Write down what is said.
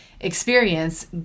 experience